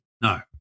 No